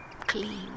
clean